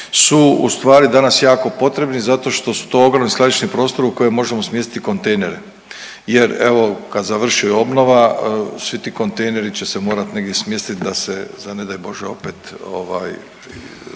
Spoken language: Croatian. su ustvari danas jako potrebni zato što su to ogromni skladišni prostori u koje možemo smjestiti kontejnera jer evo kad završi obnova svi ti kontejneri će se morat negdje smjestiti da se za ne daj Bože opet